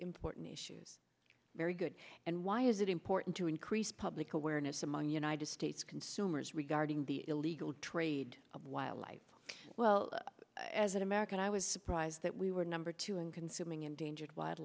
important issues very good and why is it important to increase public awareness among united states consumers regarding the illegal trade of wildlife well as an american i was surprised that we were number two in consuming endangered wi